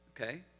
Okay